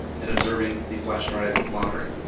and observing the flash drive monitoring.